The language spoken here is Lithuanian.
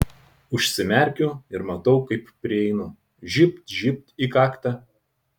užsimerkiu ir matau kaip prieinu žybt žybt į kaktą